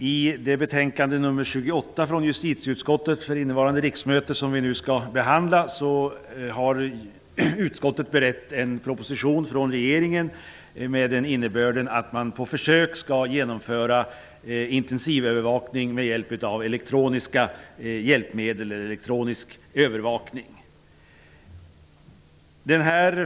Herr talman! I justitieutskottets betänkande 28 för innevarande riksmöte som vi nu skall behandla har utskottet berett en proposition från regeringen med innebörden att man på försök skall genomföra intensivövervakning med elektroniska hjälpmedel.